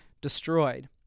destroyed